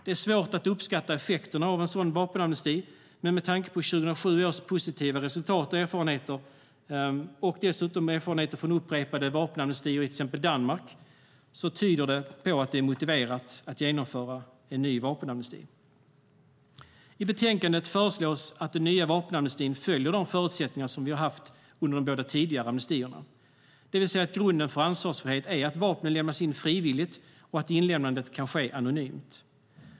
Det är svårt att uppskatta effekterna av en sådan vapenamnesti. Men med tanke på 2007 års positiva resultat och erfarenheter och dessutom erfarenheter från upprepade vapenamnestier i till exempel Danmark är det motiverat att genomföra en ny vapenamnesti. I betänkandet föreslås att den nya vapenamnestin ska följa de förutsättningar som vi har haft under de båda tidigare amnestierna, det vill säga att grunden för ansvarsfrihet är att vapnen lämnas in frivilligt och att inlämnandet kan ske anonymt.